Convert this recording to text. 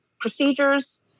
procedures